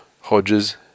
Hodges